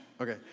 Okay